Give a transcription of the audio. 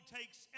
takes